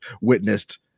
witnessed